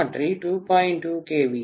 2 kVA